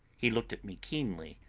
he looked at me keenly,